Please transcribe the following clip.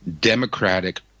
democratic